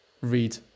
read